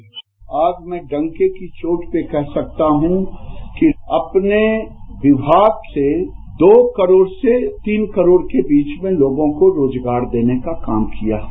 sound bite आज मैं डंके की चोट पे कह सकता हूं कि अपने विभाग से दो करोड़ से तीन करोड़ के बीच में लोगों को रोजगार देने का काम किया है